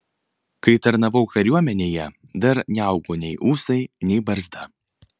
kai tarnavau kariuomenėje dar neaugo nei ūsai nei barzda